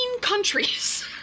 countries